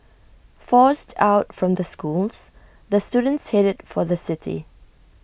forced out from the schools the students headed for the city